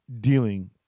dealing